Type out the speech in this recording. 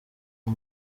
kwe